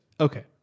Okay